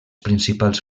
principals